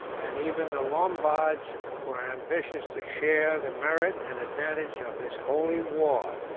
and even the lombards were ambitious to share the merit and advantage of this holy war.